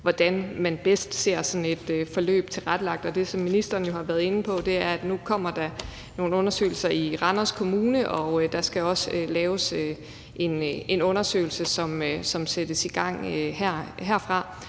hvordan man bedst ser sådan et forløb tilrettelagt. Det, som ministeren jo har været inde på, er, at nu kommer der nogle undersøgelser i Randers Kommune, og der skal også laves en undersøgelse, som sættes i gang herfra,